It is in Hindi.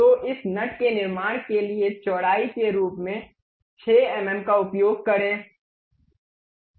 तो इस नट के निर्माण के लिए चौड़ाई के रूप में 6 एमएम का उपयोग करें